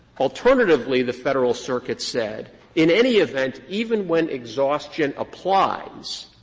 alternatively, the federal circuit said in any event, even when exhaustion applies,